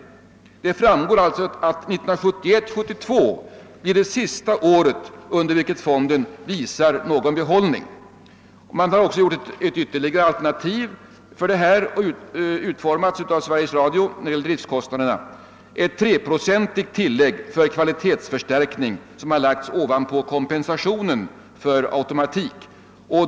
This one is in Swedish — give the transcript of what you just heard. Det framgår alltså att 1971/72 blir det sista år under vilket fonden visar någon behållning. Sveriges Radio har utformat ytterligare ett alternativ när det gäller driftkostnaderna, enligt vilket ett 3-procentigt tillägg för kvalitetsförstärkning har lagts ovanpå kompensationen för automatik.